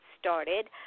started